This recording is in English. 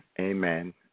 amen